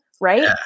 right